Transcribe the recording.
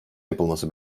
yapılması